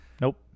Nope